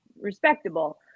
respectable